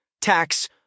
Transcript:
tax